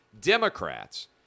Democrats